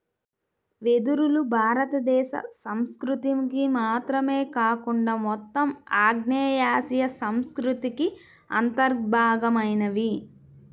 వెదురులు భారతదేశ సంస్కృతికి మాత్రమే కాకుండా మొత్తం ఆగ్నేయాసియా సంస్కృతికి అంతర్భాగమైనవి